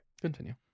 Continue